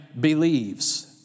believes